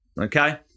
okay